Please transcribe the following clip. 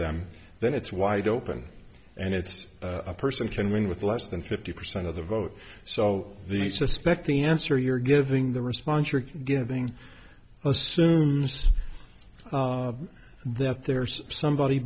them then it's wide open and it's a person can win with less than fifty percent of the vote so the suspect the answer you're giving the response you're giving assumes that there's somebody